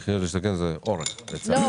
"מחיר למשתכן" זה אורך, לצערי הרב.